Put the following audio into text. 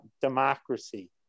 democracy